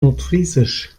nordfriesisch